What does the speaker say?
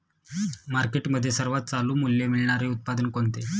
मार्केटमध्ये सर्वात चालू मूल्य मिळणारे उत्पादन कोणते?